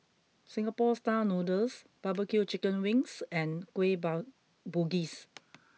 Singapore Style Noodles Barbecue Chicken Wings and Kueh about Bugis